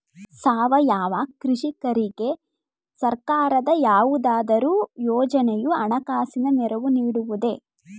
ಸಾವಯವ ಕೃಷಿಕರಿಗೆ ಸರ್ಕಾರದ ಯಾವುದಾದರು ಯೋಜನೆಯು ಹಣಕಾಸಿನ ನೆರವು ನೀಡುವುದೇ?